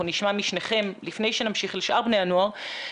נשמע משניכם לפני שנמשיך לשאר בני הנוער,